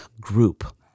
group